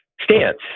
stance